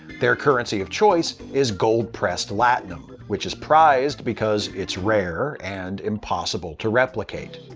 their currency of choice is gold-pressed latinum, which is prized because it's rare and impossible to replicate.